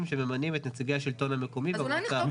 שממנים את נציגי השלטון המקומי במועצה הארצית.